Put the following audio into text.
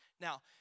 Now